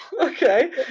Okay